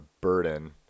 burden